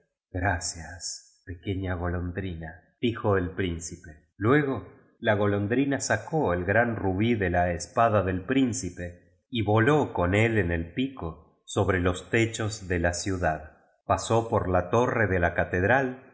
gracias pequeña golondrina dijo el prín cipe luego la golondrina sacó el gran rubí de ja es pala del príncipe y voló con él en el pico sobre los techos de la ciudad pasó por la torre de la catedral